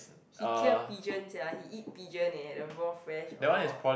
he kill pigeon sia he eat pigeon eh the raw fresh all